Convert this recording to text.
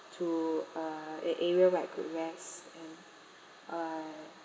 to uh a area where I could rest and uh